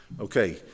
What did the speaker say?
Okay